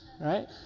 right